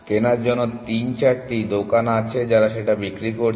কেনার জন্য তিন চারটি দোকান আছে যারা সেটা বিক্রি করছে